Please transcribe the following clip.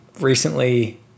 recently